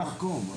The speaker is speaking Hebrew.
עוזבים את המקום.